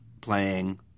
playing